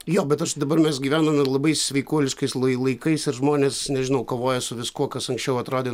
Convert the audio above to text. jo bet aš dabar mes gyvename labai sveikuoliškais lai laikais ir žmonės nežinau kovoja su viskuo kas anksčiau atrodė